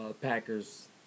Packers